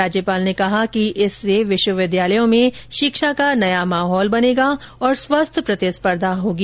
राज्यपाल ने कहा है कि इससे विश्वविद्यालयों में शिक्षा का नया माहौल बनेगा और स्वस्थ प्रतिस्पर्धा होगी